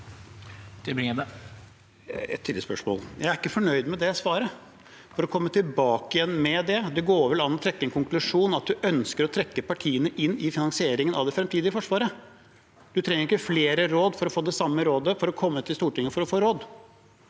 Jeg er ikke fornøyd med det svaret – å komme tilbake til det. Det går vel an å trekke en konklusjon, at statsråden ønsker å trekke partiene inn i finansieringen av det fremtidige Forsvaret? Statsråden trenger ikke flere råd for å få det samme rådet om å komme til Stortinget for å få råd.